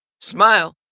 Smile